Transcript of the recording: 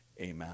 amen